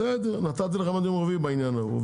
בסדר, נתתי לכם עד יום רביעי בעניין ההוא.